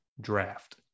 draft